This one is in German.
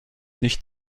nicht